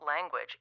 language